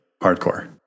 hardcore